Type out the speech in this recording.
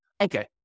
Okay